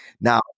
Now